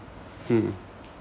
mm